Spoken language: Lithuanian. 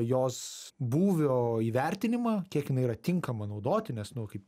jos būvio įvertinimą kiek jinai yra tinkama naudoti nes nu kaip